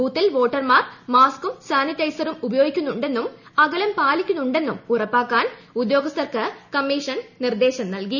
ബൂത്തിൽ വോട്ടർമാർ മാസ്കും സാനിറ്റൈസറും ഉപയോഗിക്കുന്നു ണ്ടെന്നും അകലം പാലിക്കുന്നുണ്ടെന്നും ഉറപ്പാക്കാൻ ഉദ്യോഗസ്ഥർക്ക് കമ്മിഷൻ നിർദ്ദേശം നൽകി